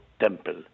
temple